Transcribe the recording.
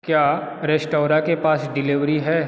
क्या रेस्टौरा के पास डिलेभरी है